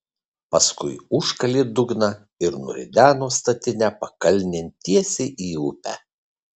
paskui užkalė dugną ir nurideno statinę pakalnėn tiesiai į upę